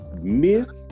miss